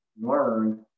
learn